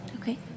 Okay